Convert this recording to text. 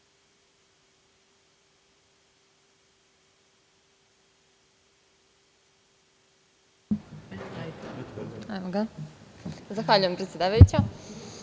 Zahvaljujem, predsedniče.